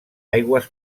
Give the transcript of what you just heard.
aigües